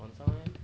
晚上 eh